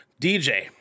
dj